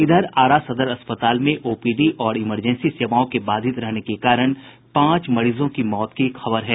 इधर आरा सदर अस्पताल में ओपीडी और इमरजेंसी सेवाओं के बाधित रहने के कारण पांच मरीजों की मौत की खबर है